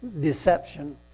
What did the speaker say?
deception